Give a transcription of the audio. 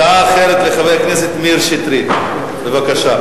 הצעה אחרת לחבר הכנסת מאיר שטרית, בבקשה.